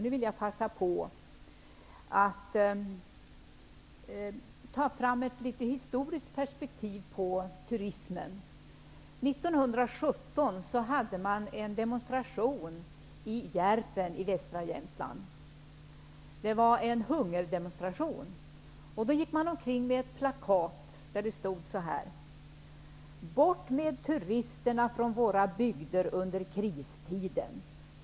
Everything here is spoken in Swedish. Nu vill jag passa på att ta fram ett historiskt perspektiv på turismen. 1917 hade man en demonstration i Järpen i västra Jämtland. Det var en hungerdemonstration. Man gick omkring med ett plakat där det stod: Bort med turisterna från våra bygder under kristiden!